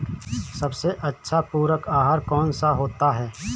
सबसे अच्छा पूरक आहार कौन सा होता है?